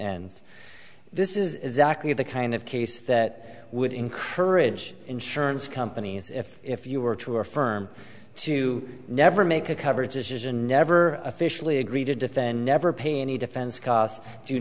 ans this is exactly the kind of case that would encourage insurance companies if if you were to affirm to never make a coverages and never officially agree to defend never pay any defense cost